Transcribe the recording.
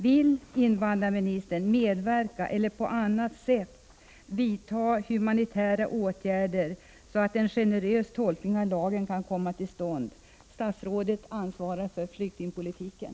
Vill invandrarministern vidta humanitära åtgärder eller på annat sätt medverka till att en generös tolkning av lagen kan komma till stånd? Statsrådet ansvarar för flyktingpolitiken.